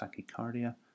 tachycardia